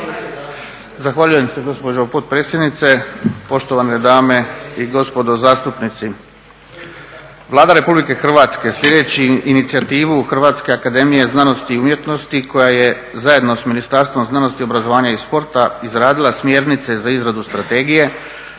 Zahvaljujem se gospođo potpredsjednice. Poštovane dame i gospodo zastupnici. Vlada Republike Hrvatske slijedeći inicijativu Hrvatske akademije znanosti i umjetnosti koja je zajedno s Ministarstvom znanosti, obrazovanja i sporta izradila smjernice za izradu strategije,